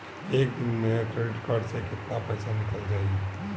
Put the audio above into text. एक दिन मे क्रेडिट कार्ड से कितना पैसा निकल जाई?